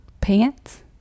Pants